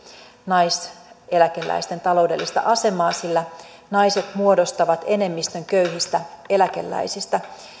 naiseläkeläisten taloudellista asemaa sillä naiset muodostavat enemmistön köyhistä eläkeläisistä